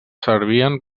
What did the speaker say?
servien